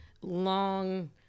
long